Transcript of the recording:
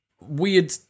weird